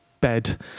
bed